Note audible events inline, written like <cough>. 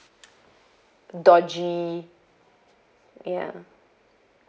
<noise> dodgy ya